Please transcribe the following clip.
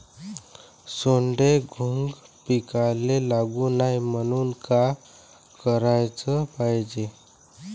सोंडे, घुंग पिकाले लागू नये म्हनून का कराच पायजे?